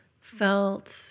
felt